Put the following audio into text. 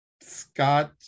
Scott